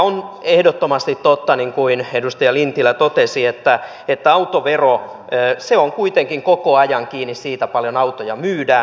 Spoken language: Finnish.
on ehdottomasti totta niin kuin edustaja lintilä totesi että autovero on kuitenkin koko ajan kiinni siitä paljonko autoja myydään